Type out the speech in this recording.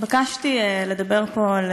התבקשתי לדבר פה,